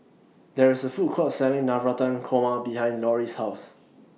There IS A Food Court Selling Navratan Korma behind Lori's House